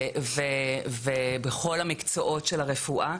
ומכל מקצועות הרפואה,